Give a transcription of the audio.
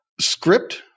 script